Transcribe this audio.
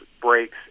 breaks